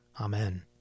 Amen